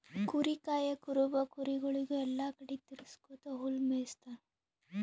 ಕುರಿ ಕಾಯಾ ಕುರುಬ ಕುರಿಗೊಳಿಗ್ ಎಲ್ಲಾ ಕಡಿ ತಿರಗ್ಸ್ಕೊತ್ ಹುಲ್ಲ್ ಮೇಯಿಸ್ತಾನ್